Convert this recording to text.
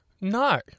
No